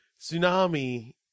tsunami